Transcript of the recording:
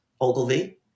Ogilvy